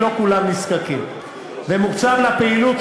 אנחנו באים עכשיו מדיון בוועדת הפנים,